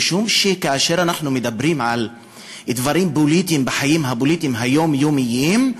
משום שכאשר אנחנו מדברים על דברים פוליטיים בחיים הפוליטיים היומיומיים,